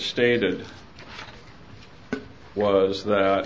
stated was that